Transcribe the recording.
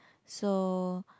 so